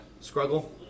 struggle